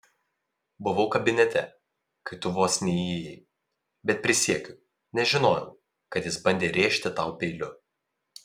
buvau kabinete kai tu vos neįėjai bet prisiekiu nežinojau kad jis bandė rėžti tau peiliu